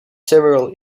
several